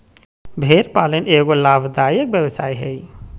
भेड़ पालन एगो लाभदायक व्यवसाय हइ